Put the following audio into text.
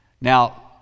Now